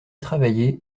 travaillé